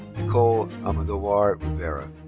nikole almodovar rivera.